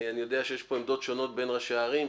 אני יודע שיש פה עמדות שונות בין ראשי הערים,